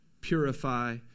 purify